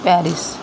Paris